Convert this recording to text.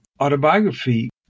autobiography